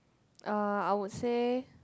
uh I would say